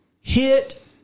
hit